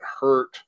hurt